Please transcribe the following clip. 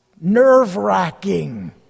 nerve-wracking